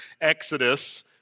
Exodus